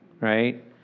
Right